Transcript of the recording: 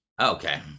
Okay